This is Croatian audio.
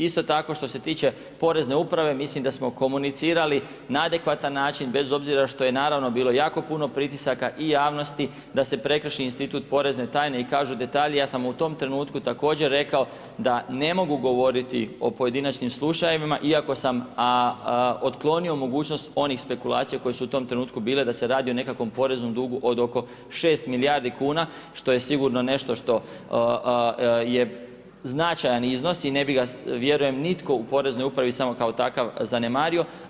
Isto tako što se tiče Porezne uprave, mislim da smo komunicirali na adekvatan način, bez obzira što je naravno bilo jako puno pritisak i javnosti da se prekrši institut porezne tajne i kažu detalji, ja sam u tom trenutku također rekao da ne mogu govoriti o pojedinačnim slučajevima iako sam otklonio mogućnost onih spekulacija koje su u tom trenutku bile da se radi o nekakvom poreznom dugu od oko 6 milijardi kuna što je sigurno nešto što je značajan iznos i ne bi ga vjerujem nitko u Poreznoj upravi samo kao takav zanemario.